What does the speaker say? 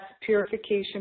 purification